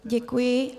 Děkuji.